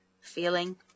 feeling